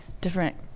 different